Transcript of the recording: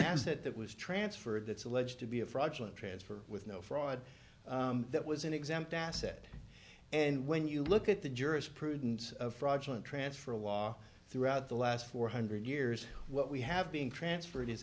asset that was transferred that's alleged to be a fraudulent transfer with no fraud that was an exempt asset and when you look at the jurisprudence of fraudulent transfer law throughout the last four hundred years what we have being transferred is